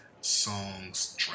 Songs